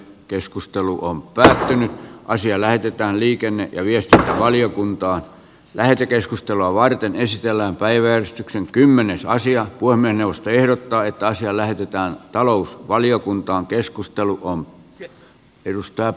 keskustelu on tosi asia lähetetään liikenne ja viestintävaliokuntaan lähetekeskustelua varten esitellään päiväystyksen kymmenesosia voimme puhemiesneuvosto ehdottaa että asia lähetetään talousvaliokuntaan